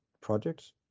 projects